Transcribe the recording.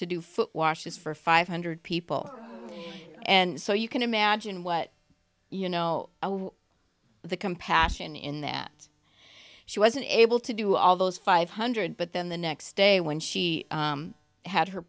to do food washes for five hundred people and so you can imagine what you know the compassion in that she wasn't able to do all those five hundred but then the next day when she had her